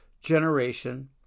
generation